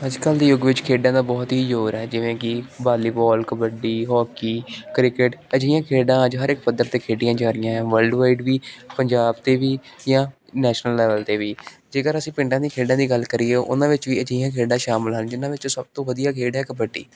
ਅੱਜ ਕੱਲ੍ਹ ਦੇ ਯੁੱਗ ਵਿੱਚ ਖੇਡਾਂ ਦਾ ਬਹੁਤ ਹੀ ਜ਼ੋਰ ਹੈ ਜਿਵੇਂ ਕਿ ਵਾਲੀਬੋਲ ਕਬੱਡੀ ਹੋਕੀ ਕ੍ਰਿਕਟ ਅਜਿਹੀਆਂ ਖੇਡਾਂ ਅੱਜ ਹਰ ਇੱਕ ਪੱਧਰ 'ਤੇ ਖੇਡੀਆਂ ਜਾ ਰਹੀਆਂ ਆ ਵਰਲਡਵਾਈਡ ਵੀ ਪੰਜਾਬ 'ਤੇ ਵੀ ਜਾਂ ਨੈਸ਼ਨਲ ਲੈਵਲ 'ਤੇ ਵੀ ਜੇਕਰ ਅਸੀਂ ਪਿੰਡਾਂ ਦੀ ਖੇਡਾਂ ਦੀ ਗੱਲ ਕਰੀਏ ਉਹਨਾਂ ਵਿੱਚ ਵੀ ਅਜਿਹੀਆਂ ਖੇਡਾਂ ਸ਼ਾਮਿਲ ਹਨ ਜਿਹਨਾਂ ਵਿੱਚੋਂ ਸਭ ਤੋਂ ਵਧੀਆ ਖੇਡ ਹੈ ਕਬੱਡੀ